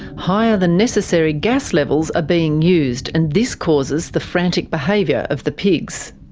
higher than necessary gas levels are being used and this causes the frantic behaviour of the pigs.